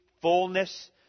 fullness